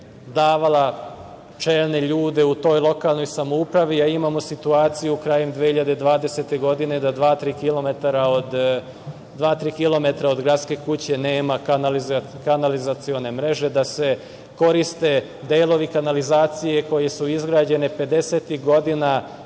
vremena davala čelne ljude u toj lokalnoj samoupravi, a imamo situaciju krajem 2020. godine da dva-tri kilometara od Gradske kuće nema kanalizacione mreže, da se koriste delovi kanalizacije koji su izgrađeni pedesetih